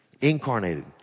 incarnated